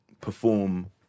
perform